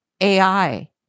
AI